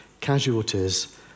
casualties